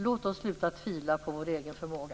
Låt oss sluta tvivla på vår egen förmåga!